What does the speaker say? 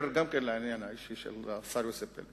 גם אני ער לעניין האישי של השר יוסי פלד.